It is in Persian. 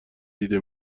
دیده